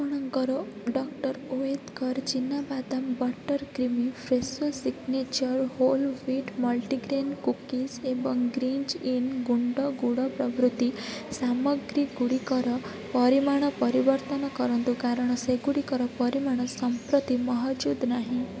ଆପଣଙ୍କର doctor Oetker ଚିନାବାଦାମ butter creamy Fresho signature whole wheat multigrain cookies ଏବଂ ଗ୍ରୀଞ୍ଜଇନ ଗୁଣ୍ଡ ଗୁଡ଼ ପ୍ରଭୃତି ସାମଗ୍ରୀଗୁଡ଼ିକର ପରିମାଣ ପରିବର୍ତ୍ତନ କରନ୍ତୁ କାରଣ ସେଗୁଡ଼ିକର ପରିମାଣ ସମ୍ପ୍ରତି ମହଜୁଦ ନାହିଁ